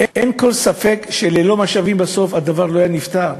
אין כל ספק שללא משאבים, בסוף הדבר לא היה נפתר.